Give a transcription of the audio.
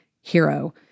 hero